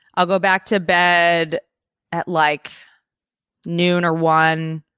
i'll go back to bed at like noon or one.